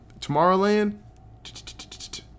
Tomorrowland